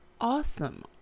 awesome